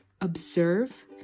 observe